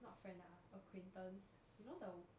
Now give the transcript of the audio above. not friend ah acquaintance you know the